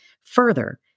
Further